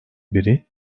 biri